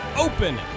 open